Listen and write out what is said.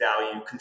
value